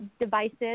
devices